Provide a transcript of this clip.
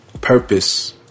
Purpose